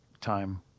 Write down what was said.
time